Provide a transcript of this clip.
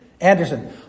Anderson